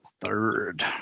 Third